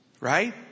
right